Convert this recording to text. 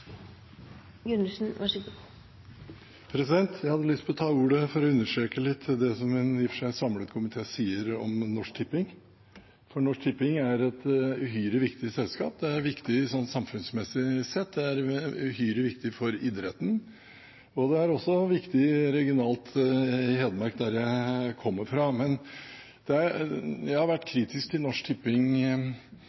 Jeg hadde lyst til å ta ordet for å understreke det som i og for seg en samlet komité sier om Norsk Tipping. Norsk Tipping er et uhyre viktig selskap. Det er viktig samfunnsmessig sett, det er uhyre viktig for idretten, og det er også viktig regionalt, i Hedmark, der jeg kommer fra. Jeg har vært kritisk til Norsk Tipping